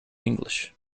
english